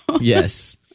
Yes